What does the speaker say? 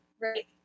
right